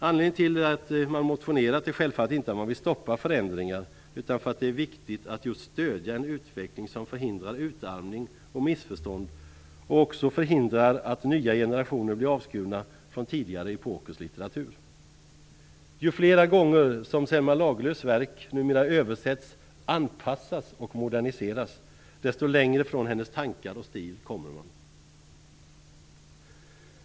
Anledningen till att man motionerat är självfallet inte att man vill stoppa förändringar utan det är just att stödja en utveckling som förhindrar utarmning och missförstånd och också förhindrar att nya generationer blir avskurna från tidigare epokers litteratur. Ju fler gånger som Selma Lagerlöfs verk översätts, anpassas och moderniseras, desto längre från hennes tankar och stil kommer man.